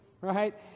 right